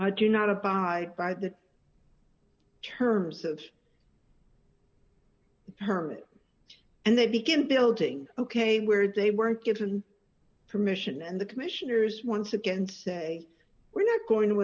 i do not abide by the terms of permit and they begin building ok where they were given permission and the commissioners once again say we're not going to